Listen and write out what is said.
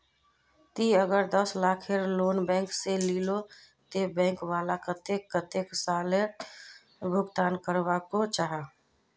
ती अगर दस लाखेर लोन बैंक से लिलो ते बैंक वाला कतेक कतेला सालोत भुगतान करवा को जाहा?